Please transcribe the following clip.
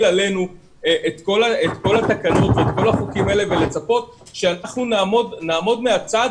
עלינו את כל התקנות ואת כל החוקים האלה ולצפות שאנחנו נעמוד מהצד